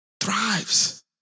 thrives